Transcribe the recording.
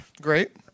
Great